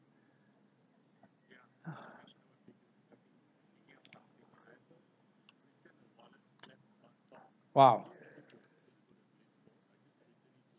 !wow!